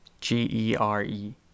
G-E-R-E